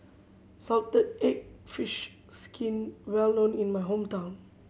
salted egg fish skin well known in my hometown